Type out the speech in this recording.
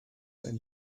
then